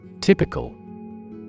Typical